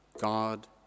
God